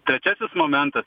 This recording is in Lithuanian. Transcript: trečiasis momentas